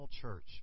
church